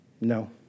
No